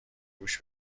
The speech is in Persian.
گوش